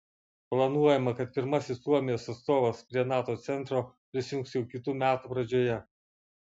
planuojama kad pirmasis suomijos atstovas prie nato centro prisijungs jau kitų metų pradžioje